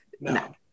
No